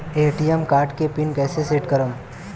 ATM card के PIN कैसे set करम?